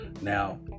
now